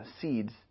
seeds